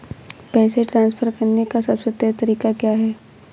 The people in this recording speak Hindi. पैसे ट्रांसफर करने का सबसे तेज़ तरीका क्या है?